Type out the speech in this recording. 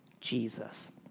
Jesus